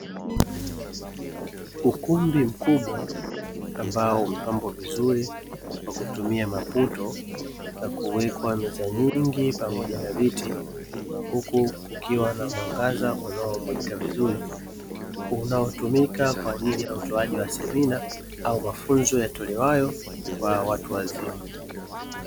Ukumbi mkubwa ambao umepambwa vizuri kwa kutumia maputo na kuwekwa meza nyingi, pamoja na viti, huku kukiwa na mwangaza unaomulika vizuri. Unaotumika kwa ajili ya utoaji wa semina au mafunzo yatolewayo kwa watu wazima.